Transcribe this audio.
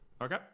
Okay